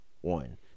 One